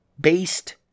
based